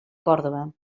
còrdova